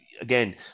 Again